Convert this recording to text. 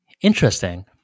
Interesting